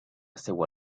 seua